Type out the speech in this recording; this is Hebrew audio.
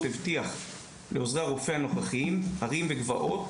הבטיח לעוזרי הרופא הנוכחיים הרים וגבעות.